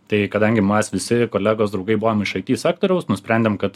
tai kadangi mas visi kolegos draugai buvom iš it sektoriaus nusprendėme kad